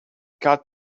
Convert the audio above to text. got